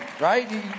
right